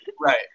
Right